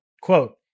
quote